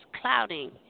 clouding